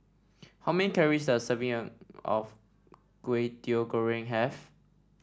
how many calories does serving of Kway Teow Goreng have